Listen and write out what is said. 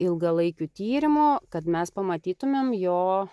ilgalaikių tyrimo kad mes pamatytumėm jo